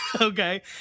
Okay